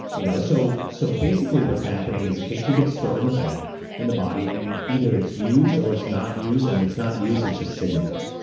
you know so so basically, what's happening is the k two gets stored in the fat in the body, and either it's used or it's not used. and if it's not used, it's just sitting there.